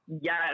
Yes